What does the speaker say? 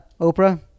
Oprah